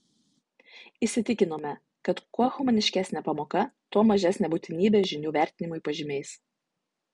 įsitikinome kad kuo humaniškesnė pamoka tuo mažesnė būtinybė žinių vertinimui pažymiais